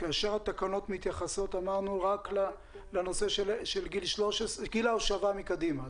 כאשר התקנות מתייחסות רק לגיל ההושבה מקדימה.